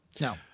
No